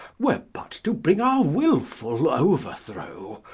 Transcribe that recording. were but to bring our wilful overthrow,